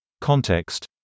context